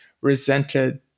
resented